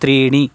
त्रीणि